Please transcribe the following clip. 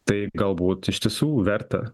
tai galbūt iš tiesų verta